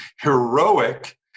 heroic